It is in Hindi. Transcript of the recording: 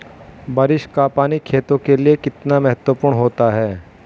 बारिश का पानी खेतों के लिये कितना महत्वपूर्ण होता है?